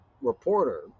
reporter